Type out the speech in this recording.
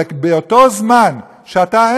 אלא שזמן שאתה,